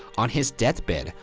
on his deathbed,